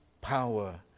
power